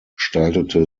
gestaltete